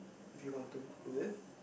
if you want to is it